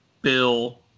Bill